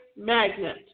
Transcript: magnet